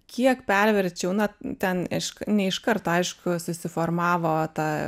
kiek perverčiau na ten aišku ne iš karto aišku susiformavo ta